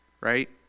right